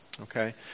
okay